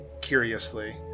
curiously